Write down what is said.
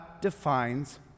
defines